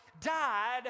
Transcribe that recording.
died